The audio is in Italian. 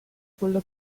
quello